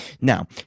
Now